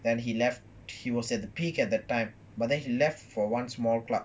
then he left he was at the peak at that time but then he left for one small club